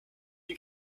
you